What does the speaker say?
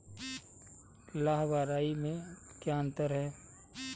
लाह व राई में क्या अंतर है?